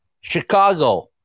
Chicago